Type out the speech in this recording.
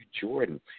Jordan